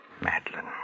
Madeline